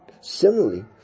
Similarly